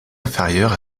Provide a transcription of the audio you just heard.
inférieur